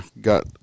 got